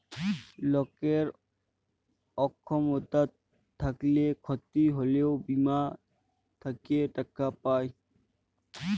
লকের অক্ষমতা থ্যাইকলে ক্ষতি হ্যইলে বীমা থ্যাইকে টাকা পায়